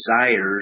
desires